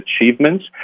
achievements